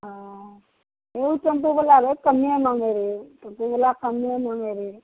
ओ एगो टेम्पूवला रेट रहे कम्मे माँगै रहै टेम्पूवला कम्मे माँगै रहै